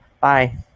Bye